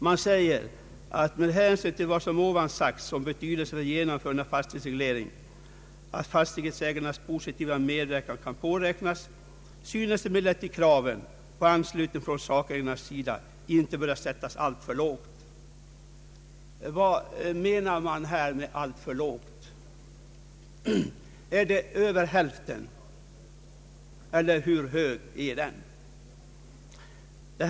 Utskottet säger: ”Med hänsyn till vad som ovan sagts om betydelsen för genomförandet av en fastighetsreglering, att fastighetsägarnas positiva medverkan kan påräknas, synes emellertid kraven på anslutning från sakägarnas sida inte böra sättas alltför lågt.” Vad menar man här med ”alltför lågt”? Är det över hälften av sakägarna, eller hur stor skall anslutningen vara?